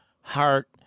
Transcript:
heart